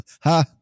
Ha